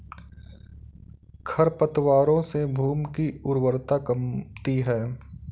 खरपतवारों से भूमि की उर्वरता कमती है